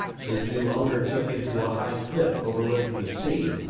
his new owner took him to a high cliff overlooking the sea,